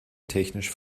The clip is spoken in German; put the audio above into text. technisch